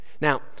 Now